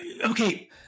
Okay